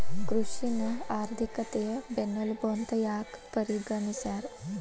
ಕೃಷಿನ ಆರ್ಥಿಕತೆಯ ಬೆನ್ನೆಲುಬು ಅಂತ ಯಾಕ ಪರಿಗಣಿಸ್ಯಾರ?